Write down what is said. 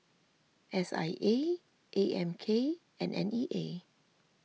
S I A A M K and N E A